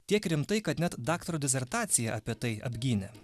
tiek rimtai kad net daktaro disertaciją apie tai apgynė